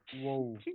Whoa